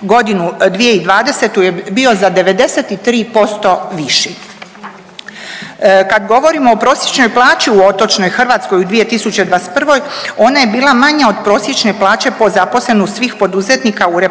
godinu 2020. je bio za 93% viši. Kad govorimo o prosječnoj plaći u otočnoj Hrvatskoj u 2021. ona je bila manja od prosječne plaće po zaposlenom u svih poduzetnika u RH